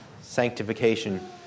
sanctification